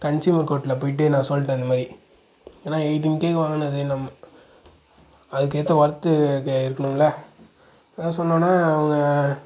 consumer கோர்ட்டில் போய்ட்டு நான் சொல்லிட்டேன் இந்த மாதிரி ஏன்னா எய்ட்டின் கேவுக்கு வாங்கினது அதுக்கேற்ற ஒர்த்து இருக்கணும்ல அதல்லாம் சொன்னோடனே அவங்க